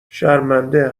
شرمنده